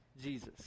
Jesus